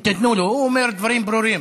תנו לו, הוא אומר דברים ברורים.